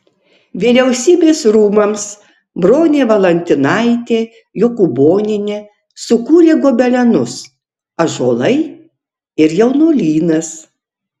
vyriausybės rūmams bronė valantinaitė jokūbonienė sukūrė gobelenus ąžuolai ir jaunuolynas